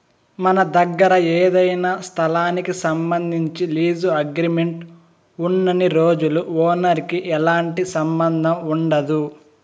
మన దగ్గర ఏదైనా స్థలానికి సంబంధించి లీజు అగ్రిమెంట్ ఉన్నన్ని రోజులు ఓనర్ కి ఎలాంటి సంబంధం ఉండదు